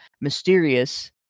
mysterious